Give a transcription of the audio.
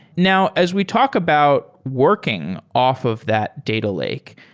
now, as we talk about working off of that data lake,